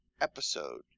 episode